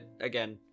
again